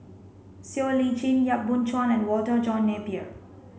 Siow Lee Chin Yap Boon Chuan and Walter John Napier